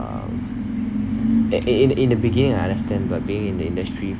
and in in the beginning I understand but being in the industry